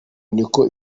niko